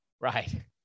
right